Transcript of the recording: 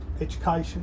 education